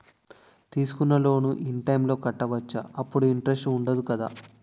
తీసుకున్న loan in time లో కట్టవచ్చ? అప్పుడు ఇంటరెస్ట్ వుందదు కదా?